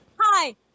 Hi